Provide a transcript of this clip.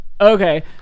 Okay